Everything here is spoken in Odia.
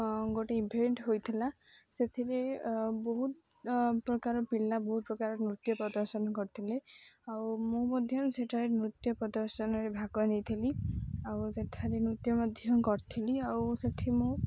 ଗୋଟେ ଇଭେଣ୍ଟ ହୋଇଥିଲା ସେଥିରେ ବହୁତ ପ୍ରକାର ପିଲା ବହୁତ ପ୍ରକାର ନୃତ୍ୟ ପ୍ରଦର୍ଶନ କରିଥିଲେ ଆଉ ମୁଁ ମଧ୍ୟ ସେଠାରେ ନୃତ୍ୟ ପ୍ରଦର୍ଶନରେ ଭାଗ ନେଇଥିଲି ଆଉ ସେଠାରେ ନୃତ୍ୟ ମଧ୍ୟ କରିଥିଲି ଆଉ ସେଠି ମୁଁ